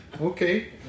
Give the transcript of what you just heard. Okay